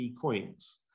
coins